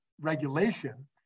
regulation